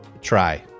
try